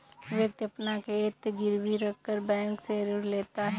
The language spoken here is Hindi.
व्यक्ति अपना खेत गिरवी रखकर बैंक से ऋण लेता है